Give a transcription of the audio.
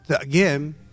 Again